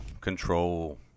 control